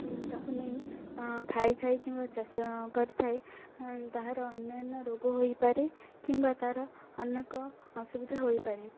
ତାକୁ ନେଇ ଖାଇଥାଏ କିମ୍ବା ଚାଷ କରିଥାଏ ତାହାର ଅନ୍ୟାନ୍ୟ ରୋଗ ହୋଇପାରେ କିମ୍ବା ତା'ର ଅନେକ ଅସୁବିଧା ହୋଇପାରେ